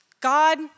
God